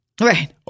Right